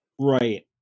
Right